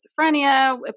schizophrenia